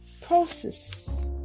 process